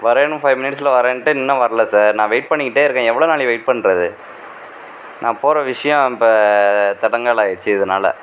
வரேன்னு ஃபைவ் மினிட்ஸில் வரேன்ட்டு இன்னும் வரல சார் நான் வெயிட் பண்ணிக்கிட்டே இருக்கேன் எவ்வளோ நாழி வெயிட் பண்ணுறது நான் போகிற விஷயம் இப்போ தடங்கல் ஆயிடுச்சி இதனால்